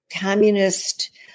communist